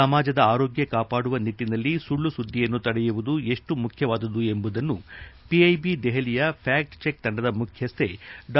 ಸಮಾಜದ ಆರೋಗ್ಯ ಕಾಪಾಡುವ ನಿಟ್ಟಿನಲ್ಲಿ ಸುಳ್ಳು ಸುದ್ಗಿಯನ್ನು ತಡೆಯುವುದು ಎಷ್ಟು ಮುಖ್ಯವಾದದು ಎಂಬುದನ್ನು ಪಿಐಬಿ ದೆಹಲಿಯ ಫ್ಯಾಕ್ಟ್ ಚೆಕ್ ತಂಡದ ಮುಖ್ಯಸ್ದೆ ಡಾ